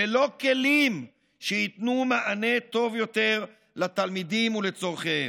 ללא כלים שייתנו מענה טוב יותר לתלמידים ולצורכיהם.